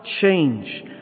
change